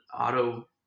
auto